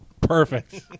perfect